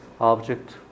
object